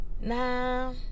Nah